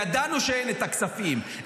ידענו שאין את הכספים.